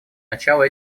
начало